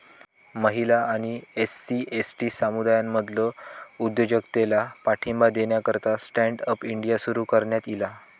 महिला आणि SC, ST समुदायांमधलो उद्योजकतेला पाठिंबा देण्याकरता स्टँड अप इंडिया सुरू करण्यात ईला